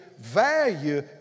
value